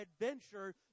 adventure